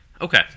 okay